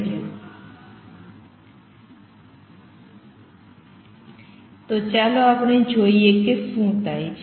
તો ચાલો જોઈએ કે શું થાય છે